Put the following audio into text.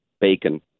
bacon